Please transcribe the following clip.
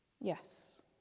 Yes